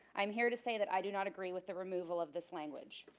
i'm here to say that i do not agree with the removal of this language.